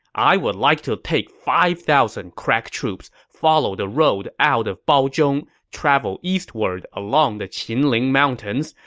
i would like to take five thousand crack troops, follow the road out of baozhong, travel eastward along the qinling mountains,